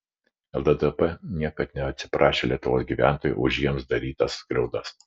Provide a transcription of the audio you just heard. lddp niekad neatsiprašė lietuvos gyventojų už jiems darytas skriaudas